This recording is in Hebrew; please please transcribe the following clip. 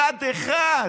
אחד-אחד.